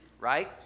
right